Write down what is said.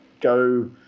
go –